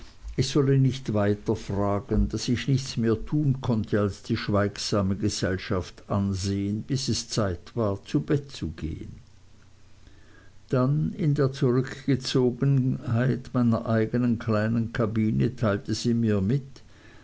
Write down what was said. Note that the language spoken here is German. ich solle nicht weiter fragen daß ich nichts mehr tun konnte als die schweigsame gesellschaft ansehen bis es zeit war zu bett zu gehen dann in der zurückgezogenheit meiner eigenen kleinen kabine teilte sie mir mit